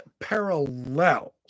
parallels